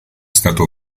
stato